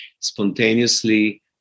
spontaneously